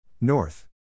North